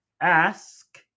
ask